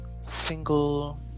single